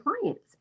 clients